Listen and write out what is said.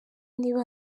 niba